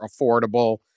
affordable